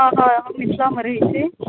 हँ हँ हम निशा हरिर छी